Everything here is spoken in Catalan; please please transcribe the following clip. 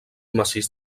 massís